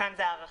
כאן זה הארכה,